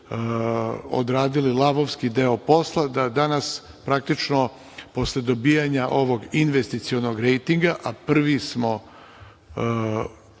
odradili lavovski deo posla da danas praktično posle dobijanja ovog investicionog rejtinga, a prvi smo u